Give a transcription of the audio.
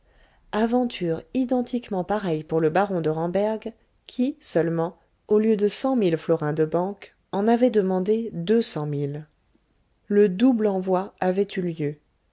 aventure identiquement pareille pour le baron de ramberg qui seulement au lieu de cent mille florins de banque en avait demandé deux cent mille le double envoi avait eu lieu